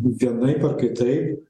vienaip ar kitaip